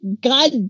god